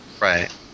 right